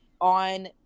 on